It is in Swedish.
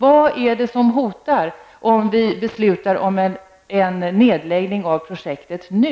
Vad är det som hotar om vi beslutar om en nedläggning av projektet nu?